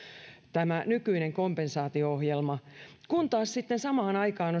tämä nykyinen kompensaatio ohjelma kun taas sitten samaan aikaan